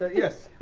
ah yes,